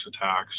attacks